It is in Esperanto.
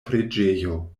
preĝejo